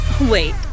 Wait